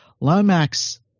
Lomax